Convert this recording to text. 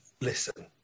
listen